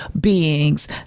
beings